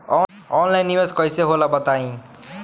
Online निवेस कइसे होला बताईं?